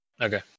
Okay